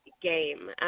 game